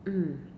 mm